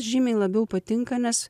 žymiai labiau patinka nes